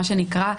מה שנקרא,